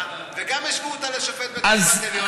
וגם השוו אותה לשופט בית משפט עליון,